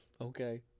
Okay